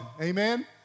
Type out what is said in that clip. Amen